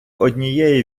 однієї